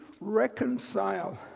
reconcile